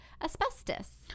Asbestos